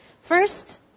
First